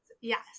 Yes